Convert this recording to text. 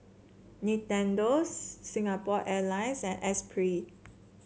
Nintendo's Singapore Airlines and Esprit